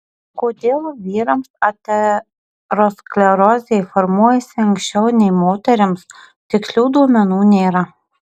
kodėl vyrams aterosklerozė formuojasi anksčiau nei moterims tikslių duomenų nėra